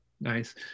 Nice